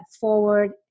forward